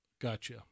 Gotcha